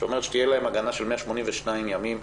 שאומרת שתהיה להן הגנה של 182 ימים.